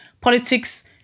politics